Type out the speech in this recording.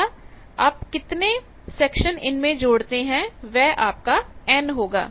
तथा आप कितने सेक्शन इसमें जोड़ते हैं वह आपका n होगा